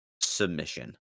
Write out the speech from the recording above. submission